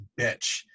bitch